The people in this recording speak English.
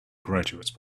graduates